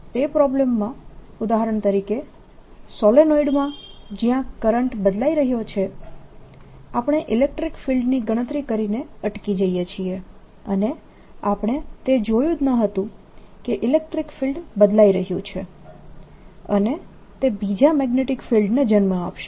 તે પ્રોબ્લમમાં ઉદાહરણ તરીકે સોલેનોઇડ માં જ્યાં કરંટ બદલાઇ રહ્યો છે આપણે ઇલેક્ટ્રીક ફિલ્ડની ગણતરી કરીને અટકી જઈએ છીએ અને આપણે તે જોયું જ ન હતું કે ઇલેક્ટ્રીક ફિલ્ડ બદલાઈ રહ્યું છે અને તે બીજા મેગ્નેટીક ફિલ્ડને જન્મ આપશે